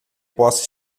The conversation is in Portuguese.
possa